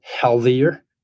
healthier